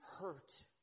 hurt